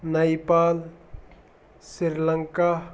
Nepal sri Lanka